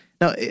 Now